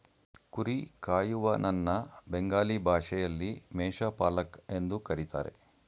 ಕುರಿ ಕಾಯುವನನ್ನ ಬೆಂಗಾಲಿ ಭಾಷೆಯಲ್ಲಿ ಮೇಷ ಪಾಲಕ್ ಎಂದು ಕರಿತಾರೆ